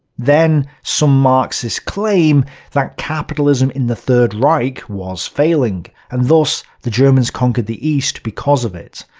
then, some marxists claim that capitalism in the third reich was failing, and thus the germans conquered the east because of it,